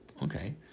Okay